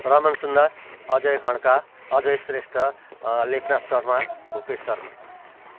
Raman Sundas Ajay Khadka Ajay Shrestha Lekhnath Sharma Bhupesh Sharma